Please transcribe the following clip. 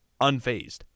unfazed